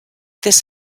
this